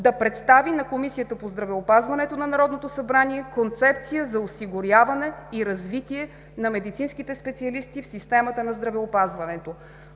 да представи на Комисията по здравеопазването на Народното събрание концепция за осигуряване и развитие на медицинските специалисти в системата на здравеопазването“.